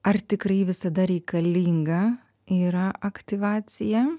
ar tikrai visada reikalinga yra aktyvacija